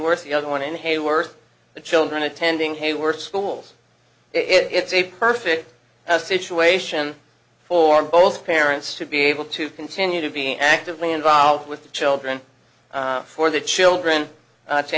h's the other one in hayworth the children attending hayward schools it's a perfect situation for both parents to be able to continue to be actively involved with the children for the children to